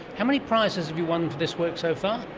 how many prizes have you won for this work so far?